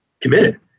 committed